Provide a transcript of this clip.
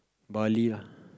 Bali lah